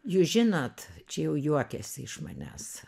jūs žinot čia jau juokiasi iš manęs